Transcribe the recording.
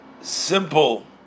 simple